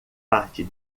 parte